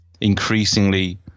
increasingly